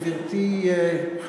גברתי היושבת-ראש,